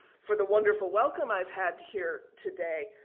for the wonderful welcome i've had here today.